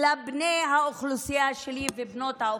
לבני האוכלוסייה שלי ובנות האוכלוסייה: